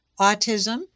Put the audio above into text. autism